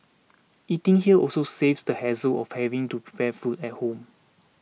eating here also saves the hassle of having to prepare food at home